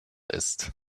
ist